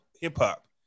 hip-hop